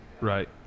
Right